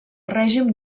règim